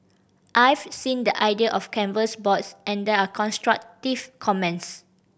I've seen the idea of canvas boards and there are constructive comments